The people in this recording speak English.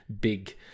big